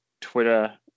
Twitter